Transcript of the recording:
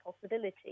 possibility